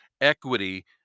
equity